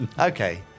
Okay